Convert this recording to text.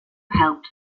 helped